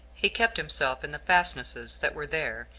he kept himself in the fastnesses that were there,